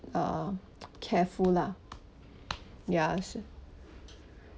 uh careful lah ya